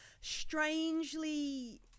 strangely